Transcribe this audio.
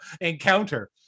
encounter